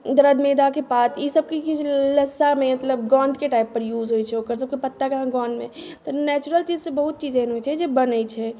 दरदमेदाके पात ई सभ किछु लस्सामे मतलब गोन्दके टाइपपर यूज होइत छै ओकर सभके पत्ताके अहाँ गोन्दमे तऽ नेचुरल चीजसँ अहाँके बहुत चीज एहन होइत छै जे बनैत छै